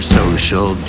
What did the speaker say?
social